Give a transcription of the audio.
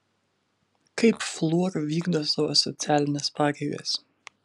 kaip fluor vykdo savo socialines pareigas